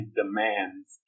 demands